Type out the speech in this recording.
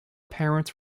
parents